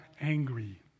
angry